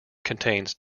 contains